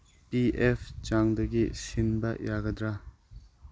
ꯄꯤ F ꯆꯥꯡꯗꯒꯤ ꯁꯤꯟꯕ ꯌꯥꯒꯗ꯭ꯔꯥ